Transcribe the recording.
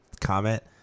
comment